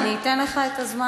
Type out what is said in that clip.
אני אתן לך את הזמן.